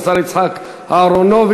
השר יצחק אהרונוביץ.